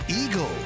Eagle